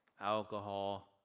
alcohol